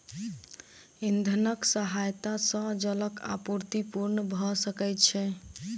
इंधनक सहायता सॅ जलक आपूर्ति पूर्ण भ सकै छै